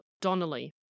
Donnelly